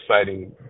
exciting